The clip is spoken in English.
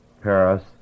Paris